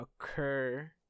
occur